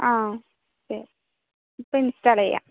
ആ ഓക്കേ ഇപ്പം ഇൻസ്റ്റാളെയ്യാം